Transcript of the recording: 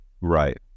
Right